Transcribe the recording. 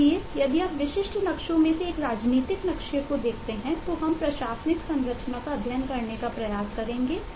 इसलिए यदि आप विशिष्ट नक्शों मैं से एक राजनीतिक नक्शे को देखते हैं तो हम प्रशासनिक संरचना का अध्ययन करने का प्रयास करेंगे